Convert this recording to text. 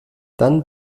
dann